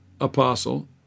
apostle